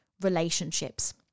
relationships